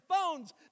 phones